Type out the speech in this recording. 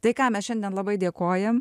tai ką mes šiandien labai dėkojam